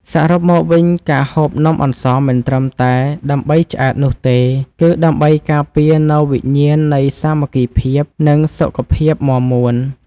សរុបមកវិញការហូបនំអន្សមមិនត្រឹមតែដើម្បីឆ្អែតនោះទេ គឺ ដើម្បីការពារនូវវិញ្ញាណនៃសាមគ្គីភាព និង សុខភាពមាំមួន។